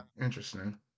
interesting